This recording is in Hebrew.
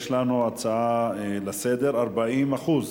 יש לנו הצעות לסדר-היום בנושא: 40%